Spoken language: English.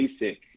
basic